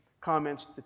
comments